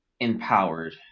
empowered